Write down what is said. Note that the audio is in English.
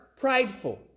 prideful